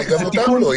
אולי גם אותם לא.